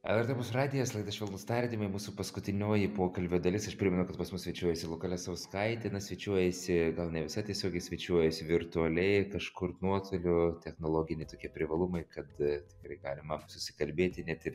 lrt opus radijas laida švelnūs tardymai mūsų paskutinioji pokalbio dalis ir primenu kad pas mus svečiuojasi luka lesauskaitė na svečiuojasi gal ne visai tiesiogiai svečiuojasi virtualiai kažkur nuotoliu technologiniai tokie privalumai kad tikrai galima susikalbėti ne ir